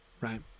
right